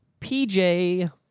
PJ